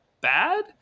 bad